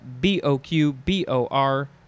B-O-Q-B-O-R